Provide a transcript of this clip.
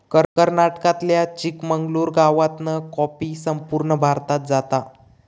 कर्नाटकातल्या चिकमंगलूर गावातना कॉफी संपूर्ण भारतात जाता